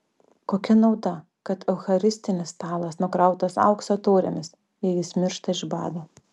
kokia nauda kad eucharistinis stalas nukrautas aukso taurėmis jei jis miršta iš bado